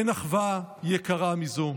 אין אחווה יקרה מזו.